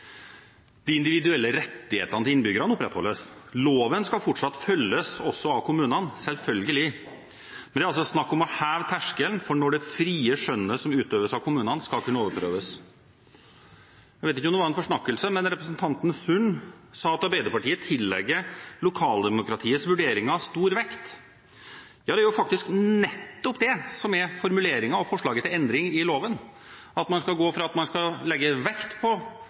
individuelle rettigheter opprettholdes. Loven skal fortsatt følges også av kommunene, selvfølgelig, men det er snakk om å heve terskelen for når det frie skjønnet som utøves av kommunene, skal kunne overprøves. Jeg vet ikke om det var en forsnakkelse, men representanten Sund sa at Arbeiderpartiet tillegger lokaldemokratiets vurderinger stor vekt. Det er faktisk nettopp det som er formuleringen og forslaget til endring i loven, at man skal gå fra at man skal legge vekt på